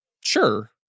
Sure